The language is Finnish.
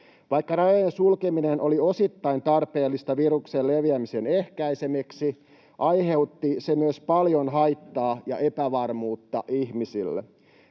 Vaikka rajojen sulkeminen oli osittain tarpeellista viruksen leviämisen ehkäisemiseksi, aiheutti se myös paljon haittaa ja epävarmuutta ihmisille.